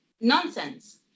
nonsense